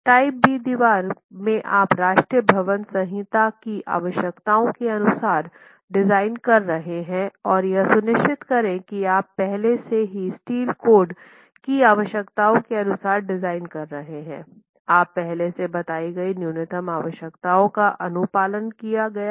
type B दीवार में आप राष्ट्रीय भवन संहिता की आवश्यकताओं के अनुसार डिज़ाइन कर रहे हैं और यह सुनिश्चित करे कि आप पहले से ही स्टील कोड की आवश्यकताओं के अनुसार डिज़ाइन कर रहे हैं आप पहले से बताई गई न्यूनतम आवश्यकताओं का अनु पालन किया गया हैं